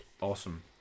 Awesome